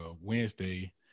Wednesday